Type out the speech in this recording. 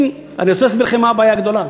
אני רוצה להסביר לכם: מה הבעיה הגדולה?